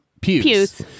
Pews